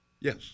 Yes